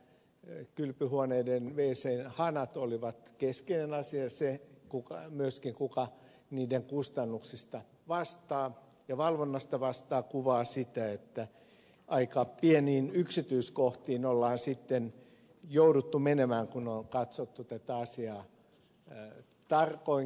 se että kylpyhuoneiden wciden hanat olivat keskeinen asia myöskin se kuka niiden kustannuksista vastaa ja valvonnasta vastaa kuvaa sitä että aika pieniin yksityiskohtiin on sitten jouduttu menemään kun on katsottu tätä asiaa tarkoinkin